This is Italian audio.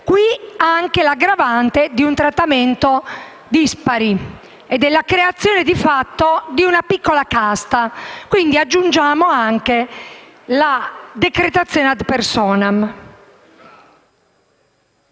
c'è anche l'aggravante di un trattamento dispari e della creazione, di fatto, di una piccola casta. Quindi, aggiungiamo anche la decretazione *ad personam*.